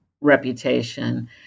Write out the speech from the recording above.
reputation